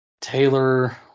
Taylor